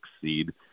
seed